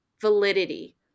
validity